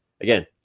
Again